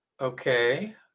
Okay